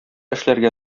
эшләргә